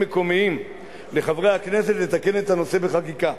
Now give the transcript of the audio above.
מקומיים לחברי הכנסת לתקן את הנושא בחקיקה.